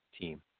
team